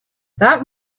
that